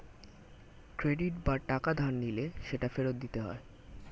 credit বা টাকা ধার নিলে সেটা ফেরত দিতে হয়